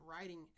writing